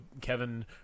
Kevin